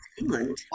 England